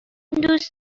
دوست